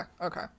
Okay